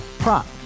Prop